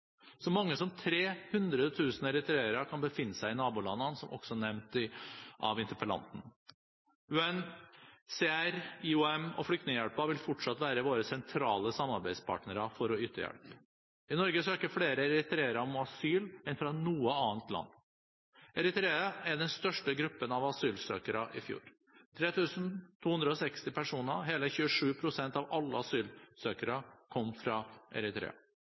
Så mange som 300 000 eritreere kan befinne seg i nabolandene, noe som også ble nevnt av interpellanten. UN, OHCHR, IOM og Flyktninghjelpen vil fortsatt være våre sentrale samarbeidspartnere for å yte hjelp. I Norge søker flere fra Eritrea enn fra noe annet land om asyl. Eritreere var den største gruppen av asylsøkere i fjor. 3 260 personer, hele 27 pst. av alle asylsøkere, kom fra Eritrea.